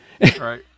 Right